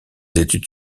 études